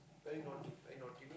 very naughty very naughty me